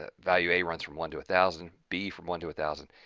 ah value a runs from one to a thousand, b from one to a thousand,